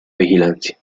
vigilancia